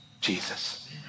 Jesus